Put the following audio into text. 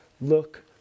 Look